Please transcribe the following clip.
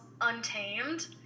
Untamed